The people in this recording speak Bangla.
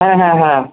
হ্যাঁ হ্যাঁ হ্যাঁ